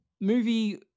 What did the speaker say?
Movie